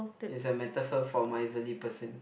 is a metaphor for miserly person